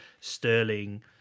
Sterling